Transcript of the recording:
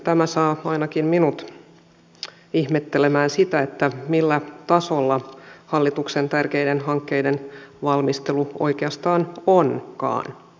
tämä saa ainakin minut ihmettelemään sitä millä tasolla hallituksen tärkeiden hankkeiden valmistelu oikeastaan onkaan